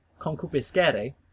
concupiscere